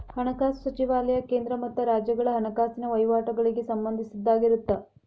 ಹಣಕಾಸು ಸಚಿವಾಲಯ ಕೇಂದ್ರ ಮತ್ತ ರಾಜ್ಯಗಳ ಹಣಕಾಸಿನ ವಹಿವಾಟಗಳಿಗೆ ಸಂಬಂಧಿಸಿದ್ದಾಗಿರತ್ತ